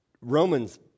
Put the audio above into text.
Romans